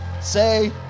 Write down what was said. say